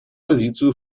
позицию